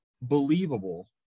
believable